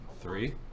Three